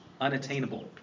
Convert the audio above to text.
unattainable